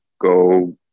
go